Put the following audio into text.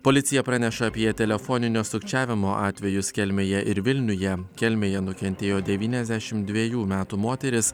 policija praneša apie telefoninio sukčiavimo atvejus kelmėje ir vilniuje kelmėje nukentėjo devyniasdešim dvejų metų moteris